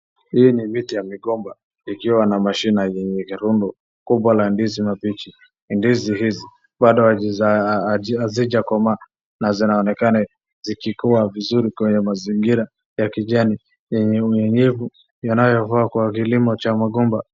Hii ni miti ya migomba ikiwa na mashina yenye kirundu kubwa la ndizi mabichi. Ndizi hizi bado hazijakomaa na zinaonekana zikikua vizuri kwenye mazingira ya kijani yenye unyevunyevu yanayofaa kwa kilimo cha magomba.